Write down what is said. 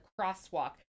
crosswalk